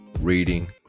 reading